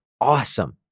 awesome